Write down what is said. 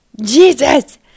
Jesus